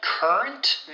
Current